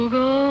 go